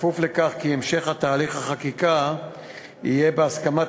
בכפוף לכך שהמשך תהליך החקיקה יהיה בהסכמת